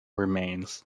remains